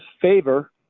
favor